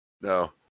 No